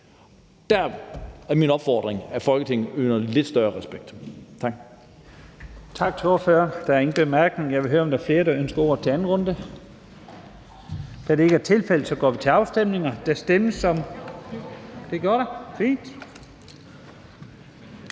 Der er min opfordring, at Folketinget viser lidt større respekt.